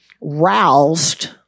roused